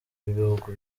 w’ibihugu